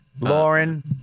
Lauren